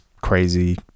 crazy